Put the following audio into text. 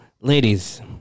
ladies